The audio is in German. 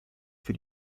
für